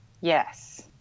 yes